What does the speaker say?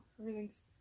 Everything's